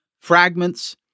fragments